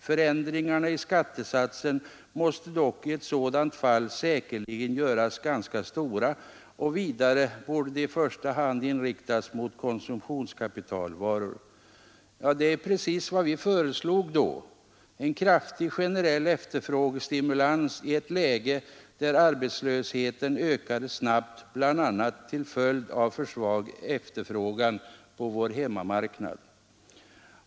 Förändringarna i skattesatsen måste dock i ett sådant fall säkerligen göras ganska stora och vidare borde de i första hand riktas mot konsumtionskapitalvaror.” Det är precis vad vi föreslog då: en kraftig generell efterfrågestimulans i ett läge där arbetslösheten ökade snabbt bl.a. till följd av för svag efterfrågan på vår hemmamarknad.